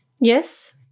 yes